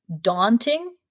daunting